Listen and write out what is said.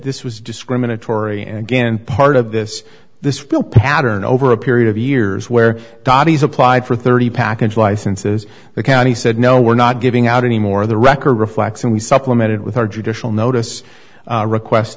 this was discriminatory and again part of this this bill pattern over a period of years where dottie's applied for thirty package licenses the county said no we're not giving out any more of the record reflects and we supplemented with our judicial notice request